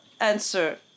answer